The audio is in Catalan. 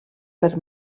per